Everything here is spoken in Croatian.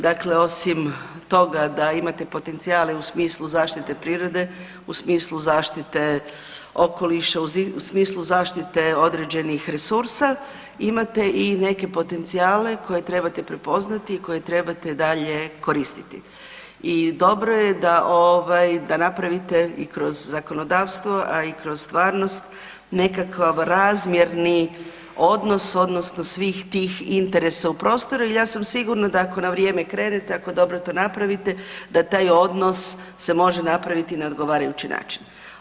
Dakle, osim toga da imate potencijale u smislu zaštite prirode, u smislu zaštite okoliša, u smislu zaštite određenih resursa imate i neke potencijale koje trebate prepoznati, koje trebate dalje koristiti i dobro je da napraviti i kroz zakonodavstvo, a i kroz stvarnost nekakav razmjerni odnos, odnosno svih tih interesa u prostoru, jer ja sam sigurna da ako na vrijeme krenete, ako dobro to napraviti da taj odnos se može napraviti na odgovarajući način.